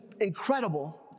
incredible